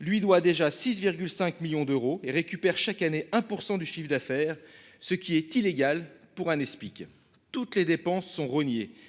lui doit déjà 6, 5 millions d'euros et récupère chaque année 1% du chiffre d'affaires ce qui est illégal pour un explique toutes les dépenses sont.